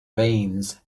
veins